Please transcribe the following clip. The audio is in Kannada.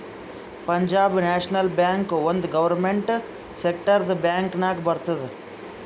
ಪಂಜಾಬ್ ನ್ಯಾಷನಲ್ ಬ್ಯಾಂಕ್ ಒಂದ್ ಗೌರ್ಮೆಂಟ್ ಸೆಕ್ಟರ್ದು ಬ್ಯಾಂಕ್ ನಾಗ್ ಬರ್ತುದ್